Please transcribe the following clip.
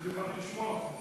לשמוע.